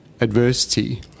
adversity